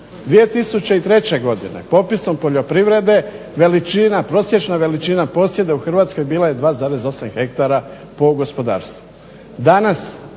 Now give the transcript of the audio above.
2003. godine popisom poljoprivrede prosječna veličina posjeda u Hrvatskoj bila je 2,8 hektara po gospodarstvu.